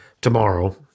tomorrow